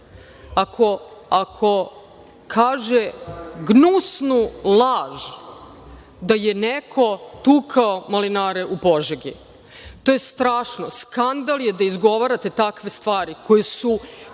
ako kaže gnusnu laž da je neko tukao malinare u Požegi. To je strašno. Skandal je da izgovarate takve stvari, koji su